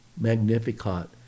Magnificat